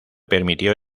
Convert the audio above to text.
permitió